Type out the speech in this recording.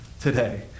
today